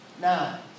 Now